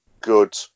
good